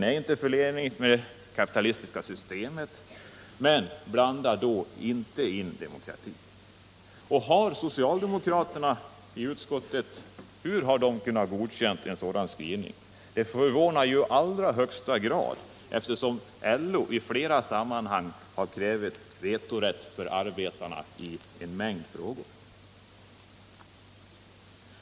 LO hart.ex. krävt vetorätt för arbetarna i en mängd frågor i olika sammanhang. Skrivningen i inrikesutskottets betänkande 1976 utmanade löjet då och gör det även nu. Det är inte ett inslag i en seriös debatt.